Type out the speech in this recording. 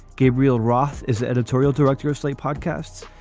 gabriel roth is the editorial director of slate podcasts.